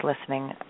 listening